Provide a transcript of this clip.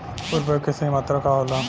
उर्वरक के सही मात्रा का होला?